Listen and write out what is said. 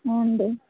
ಹ್ಞೂ ರೀ